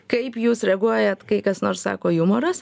kaip jūs reaguojat kai kas nors sako jumoras